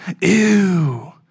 Ew